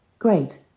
great!